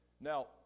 Now